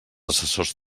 assessors